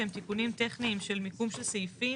שהם תיקונים טכניים של מיקום של סעיפים.